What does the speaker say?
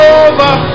over